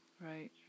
Right